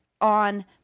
on